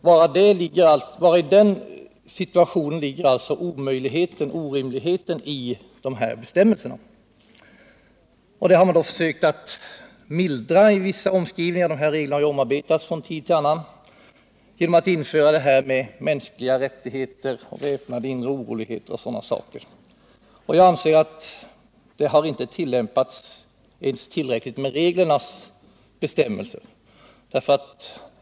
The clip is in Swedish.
Bara i den situationen ligger alltså orimligheten i bestämmelserna. Det har man då försökt mildra, och reglerna har omarbetats från tid till annan. Man har infört begrepp som mänskliga rättigheter, väpnade oroligheter osv. Jag anser att vapenexport har ägt rum utan att man ens tillämpat de regler som finns.